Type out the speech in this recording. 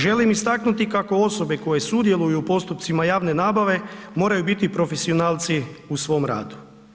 Želim istaknuti kako osobe koje sudjeluju u postupcima javne nabave moraju biti profesionalci u svom radu.